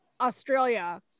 australia